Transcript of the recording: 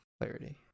clarity